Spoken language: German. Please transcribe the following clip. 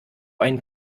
einen